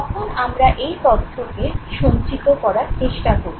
তখন আমরা এই তথ্যকে সঞ্চিত করার চেষ্টা করি